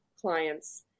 clients